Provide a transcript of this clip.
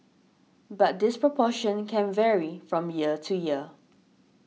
but this proportion can vary from year to year